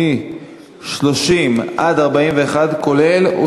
אנחנו מסירים את ההסתייגויות מ-30 עד 41, כולל.